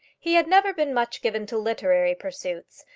he had never been much given to literary pursuits,